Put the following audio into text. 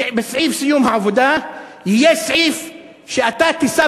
בסעיף סיום העבודה יהיה סעיף שאתה תישא